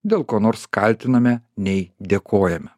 dėl ko nors kaltiname nei dėkojame